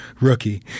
rookie